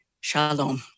Shalom